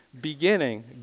beginning